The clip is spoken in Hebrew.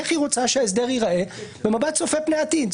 איך היא רוצה שההסדר ייראה במבט צופה פני עתיד.